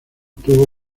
tuvo